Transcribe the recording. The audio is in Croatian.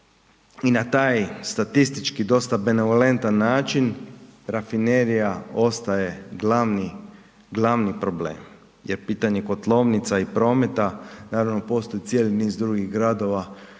i na taj statistički dosta benevolentan način rafinerija ostaje glavni problem. Jer pitanje kotlovnica i prometa, naravno postoji cijeli niz drugih gradova